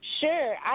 Sure